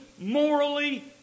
morally